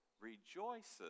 rejoices